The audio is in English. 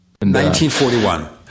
1941